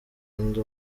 ndi